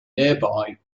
nearby